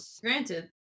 granted